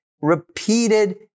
repeated